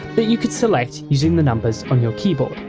that you could select using the numbers on your keyboard,